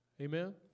Amen